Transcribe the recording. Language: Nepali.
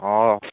हँ